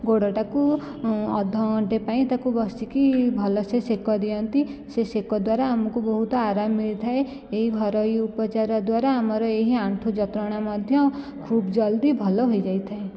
ଗୋଡ଼ଟାକୁ ଅଧଘଣ୍ଟାଏ ପାଇଁ ତାକୁ ବସିକି ଭଲସେ ସେକ ଦିଅନ୍ତି ସେ ସେକ ଦ୍ୱାରା ଆମକୁ ବହୁତ ଆରାମ ମିଳିଥାଏ ଏହି ଘରୋଇ ଉପଚାର ଦ୍ଵାରା ଆମର ଏହି ଆଣ୍ଠୁ ଯନ୍ତ୍ରଣା ମଧ୍ୟ ଖୁବ୍ ଜଲ୍ଦି ଭଲ ହୋଇଯାଇଥାଏ